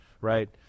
Right